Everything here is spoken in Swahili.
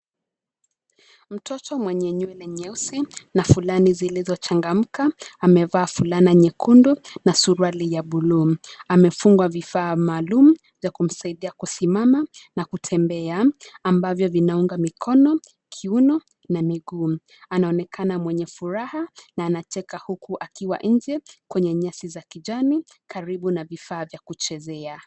Mtoto mwenye nywele nyeusi na fulani zilizochangamka, amevaa fulana nyekundu na suruali ya buluu. Amefungwa vifaa maalum vya kumsaidia kusimama na kutembea ambavyo vinaunga mikono, kiuno na miguu. Anaonekana mwenye furaha na anacheka huku akiwa nje kwenye nyasi za kijani karibu na vifaa vya kuchezea.